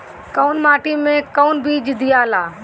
कौन माटी मे कौन बीज दियाला?